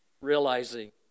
realizing